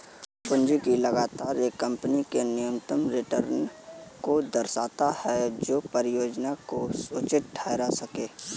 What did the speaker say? पूंजी की लागत एक कंपनी के न्यूनतम रिटर्न को दर्शाता है जो परियोजना को उचित ठहरा सकें